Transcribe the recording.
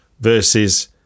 versus